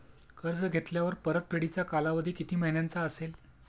कर्ज घेतल्यावर परतफेडीचा कालावधी किती महिन्यांचा असेल?